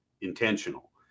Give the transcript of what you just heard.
intentional